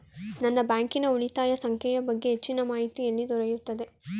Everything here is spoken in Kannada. ನನ್ನ ಬ್ಯಾಂಕಿನ ಉಳಿತಾಯ ಸಂಖ್ಯೆಯ ಬಗ್ಗೆ ಹೆಚ್ಚಿನ ಮಾಹಿತಿ ಎಲ್ಲಿ ದೊರೆಯುತ್ತದೆ?